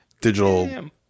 digital